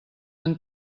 amb